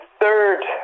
third